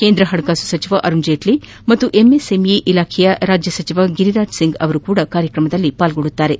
ಕೇಂದ್ರ ಹಣಕಾಸು ಸೆಚಿವ ಅರುಣ್ ಜೇಟ್ನಿ ಮತ್ತು ಎಂಎಸ್ಎಂಇ ಇಲಾಖೆಯ ರಾಜ್ಯ ಸಚಿವ ಗಿರಿರಾಜ್ ಸಿಂಗ್ ಸಹ ಈ ಕಾರ್ಯಕ್ರಮದಲ್ಲಿ ಪಾಲ್ಗೊಳ್ಳಲಿದ್ದಾರೆ